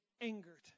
angered